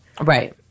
Right